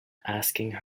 asking